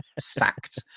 sacked